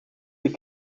les